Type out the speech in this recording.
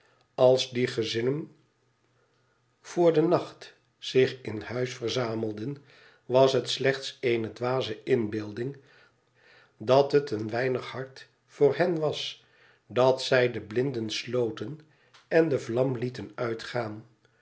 als die gezinnen voor den nacht zich in huis verzamelden was het slechts eene dwaze inbeelding dat het een weinig hard voor hen was dat zij de blinden sloten en de vlam lieten uitgaan